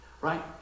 Right